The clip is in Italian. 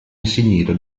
insignito